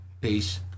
Peace